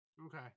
Okay